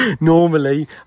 Normally